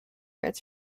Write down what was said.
its